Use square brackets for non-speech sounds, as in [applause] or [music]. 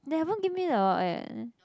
they haven't give me the [noise] yet